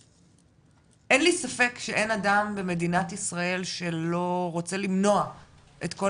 אין לי ספק שאין אדם במדינת ישראל שלא רוצה למנוע את כל